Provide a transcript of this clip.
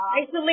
isolate